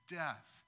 death